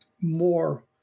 more